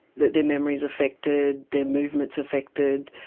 their their memory's affected, their movement's affected.